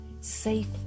Safe